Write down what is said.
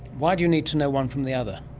why do you need to know one from the other?